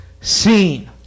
seen